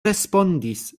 respondis